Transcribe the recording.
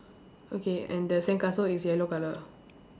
okay and the sandcastle is yellow colour